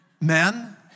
Men